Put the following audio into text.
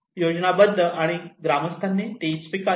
योजनाबद्ध आणि ग्रामस्थांनी स्वीकारले